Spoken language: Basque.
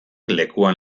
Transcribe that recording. lekuan